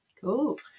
cool